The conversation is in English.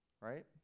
right